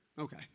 Okay